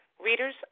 readers